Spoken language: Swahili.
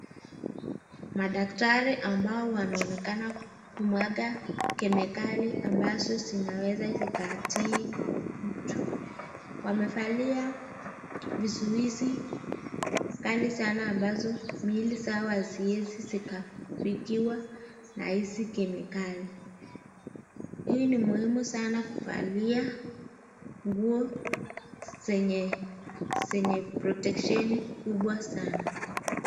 Madaktari ambao wanaoekana kumwaga kemikali ambazo zinaweza kuadhiri mtu. Wamevalia vizuizi kali sana ambazo miili zao haziwezi zikafikiwa na hizi kemikali. Hii ni muhimu sana kuvalia nguo zenye proteksheni kubwa sana.